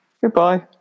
goodbye